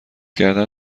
کردن